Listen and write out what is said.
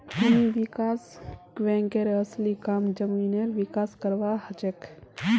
भूमि विकास बैंकेर असली काम जमीनेर विकास करवार हछेक